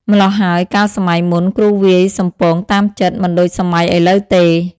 ម៉្លោះហើយ កាលសម័យមុនគ្រូវាយសំពងតាមចិត្ត មិនដូចសម័យឥឡូវទេ។